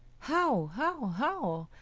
how, how, how!